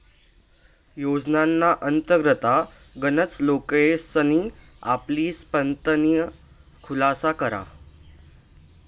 योजनाना अंतर्गत गनच लोकेसनी आपली संपत्तीना खुलासा करा